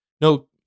No